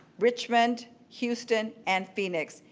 richmond, houston and phoenix.